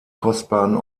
kostbaren